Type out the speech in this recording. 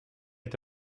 est